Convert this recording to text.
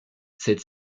cette